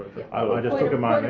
i just took a moment